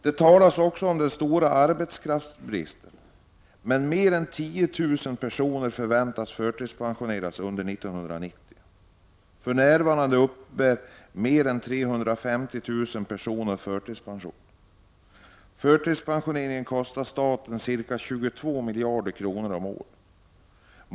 Det talas om den stora arbetskraftsbristen, men mer än 10 000 personer förväntas förtidspensioneras under 1990. För närvarande uppbär mer än 350 000 personer förtidspension. Förtidspensionerna kostar staten ca 22 miljarder kronor om året.